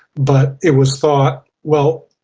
but it was thought, well,